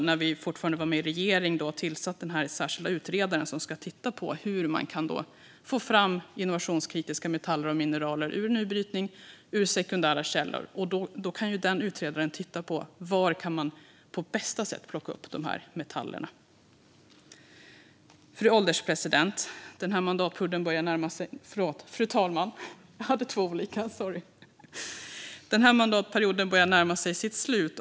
När vi fortfarande var med i regeringen tillsatte vi en särskild utredare som ska titta på hur man kan få fram innovationskritiska metaller och mineral ur ny brytning ur sekundära källor. Den utredaren kan titta på var man på bästa sätt kan plocka upp de här ämnena. Fru talman! Den här mandatperioden börjar närma sig sitt slut.